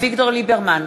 אביגדור ליברמן,